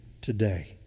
today